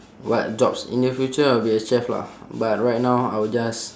what jobs in the future I would be a chef lah but right now I would just